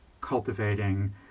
cultivating